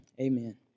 Amen